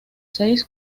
seis